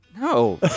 no